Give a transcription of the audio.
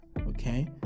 okay